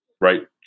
Right